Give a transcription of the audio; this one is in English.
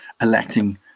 electing